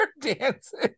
dancing